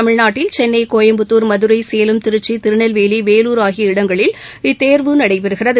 தமிழ்நாட்டில் சென்னை கோயம்புத்தூர் மதுரை சேலம் திருச்சி திருநெல்வேலி வேலூர் ஆகிய இடங்களில் இத்தேர்வு நடைபெறுகிறது